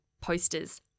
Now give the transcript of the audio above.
posters